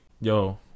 yo